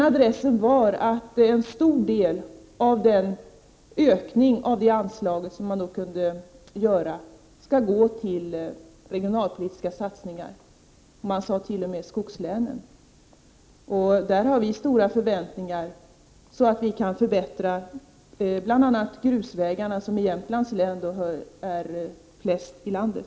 Adressen innebar att en stor del av ökningen av anslaget skall gå till regionalpolitiska satsningar, och riksdagen angav t.o.m. att det rörde sig om skogslänen. Här har vi stora förväntningar att man skall kunna förbättra bl.a. grusvägarna, av vilka Jämtlands län har de flesta i landet.